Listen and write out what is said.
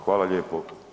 Hvala lijepo.